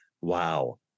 Wow